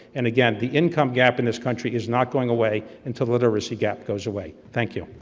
and again, the income gap in this country is not going away until the literacy gap goes away. thank you!